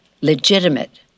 Legitimate